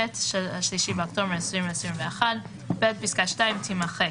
(3 באוקטובר 2021)"; (ב) פסקה (2) תימחק,"